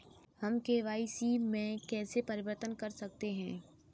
हम के.वाई.सी में कैसे परिवर्तन कर सकते हैं?